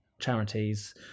charities